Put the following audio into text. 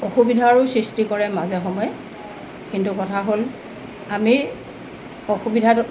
অসুবিধাৰো সৃষ্টি কৰে মাজে সময়ে কিন্তু কথা হ'ল আমি অসুবিধাটো